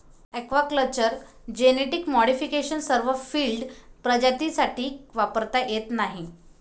aquaculture genetic modification सर्व field प्रजातींसाठी वापरता येत नाही